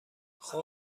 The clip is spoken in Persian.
خوب